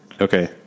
Okay